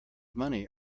money